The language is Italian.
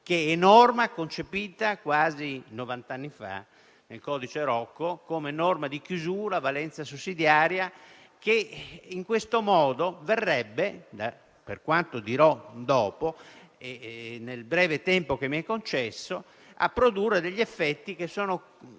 che è norma concepita, quasi novanta anni fa, nel codice Rocco come norma di chiusura e valenza sussidiaria. Tale modifica, in questo modo, verrebbe - per quanto dirò nel breve tempo che mi è concesso - a produrre degli effetti contrari